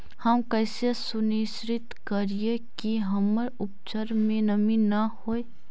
हम कैसे सुनिश्चित करिअई कि हमर उपज में नमी न होय?